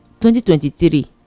2023